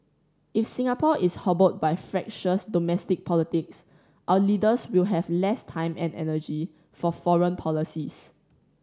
if Singapore is hobbled by fractious domestic politics our leaders will have less time and energy for foreign policies